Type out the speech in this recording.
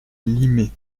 limay